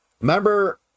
Remember